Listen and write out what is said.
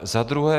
Za druhé.